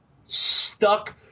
stuck